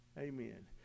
Amen